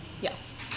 Yes